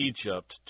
Egypt